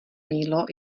mýdlo